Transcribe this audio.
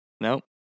Nope